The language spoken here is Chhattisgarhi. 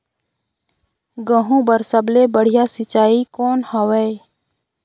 गहूं बर सबले बढ़िया सिंचाई कौन हवय?